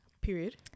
Period